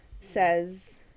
says